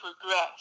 progress